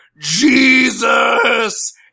Jesus